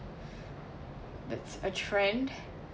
that's a trend